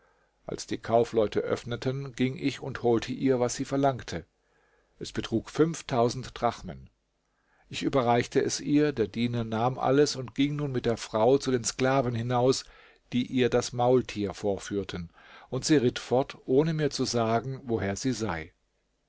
als die kaufleute öffneten ging ich und holte ihr was sie verlangte es betrug drachmen ich überreichte es ihr der diener nahm alles und ging nun mit der frau zu den sklaven hinaus die ihr das maultier vorführten und sie ritt fort ohne mir zu sagen woher sie sei